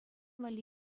валли